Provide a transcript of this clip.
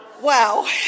Wow